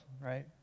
right